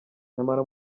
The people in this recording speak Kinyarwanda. nyamara